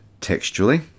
textually